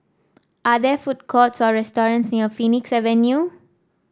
are there food courts or restaurants near Phoenix Avenue